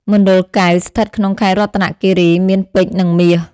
មណ្ឌលកែវ ស្ថិតក្នុងខេត្តរតនគីរី មានពេជ្រនិងមាស។